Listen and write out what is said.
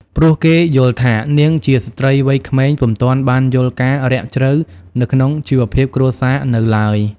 ព្រោះគេយល់ថា នាងជាស្ត្រីវ័យក្មេងពុំទាន់បានយល់ការណ៍រាក់ជ្រៅនៅក្នុងជីវភាពគ្រួសារនៅឡើយ ។